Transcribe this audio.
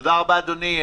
תודה רבה, אדוני.